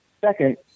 Second